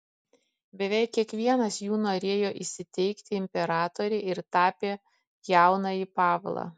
beveik kiekvienas jų norėjo įsiteikti imperatorei ir tapė jaunąjį pavlą